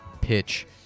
Pitch